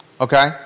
Okay